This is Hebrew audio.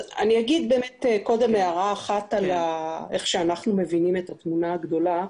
אני אומר קודם הערה אחת על איך שאנחנו מבינים את התמונה הגדולה.